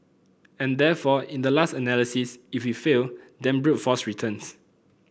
and therefore in the last analysis if we fail then brute force returns